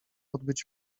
odbyć